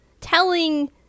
telling